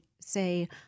say